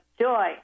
joy